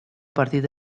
partit